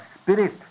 spirit